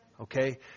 Okay